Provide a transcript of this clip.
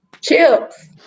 Chips